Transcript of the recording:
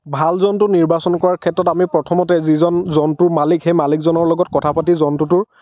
ভাল জন্তু নিৰ্বাচন কৰাৰ ক্ষেত্ৰত আমি প্ৰথমতে যিজন জন্তুৰ মালিক সেই মালিকজনৰ লগত কথা পাতি জন্তুটোৰ